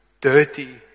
dirty